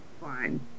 fine